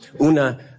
Una